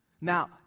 Now